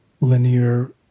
linear